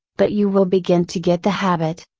but you will begin to get the habit,